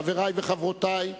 חברי וחברותי,